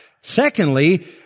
Secondly